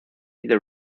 the